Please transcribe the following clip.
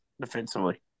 defensively